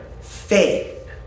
faith